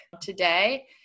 today